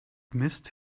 missed